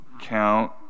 count